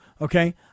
Okay